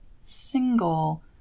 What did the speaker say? single